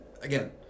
again